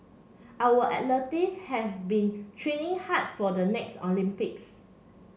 our athletes have been training hard for the next Olympics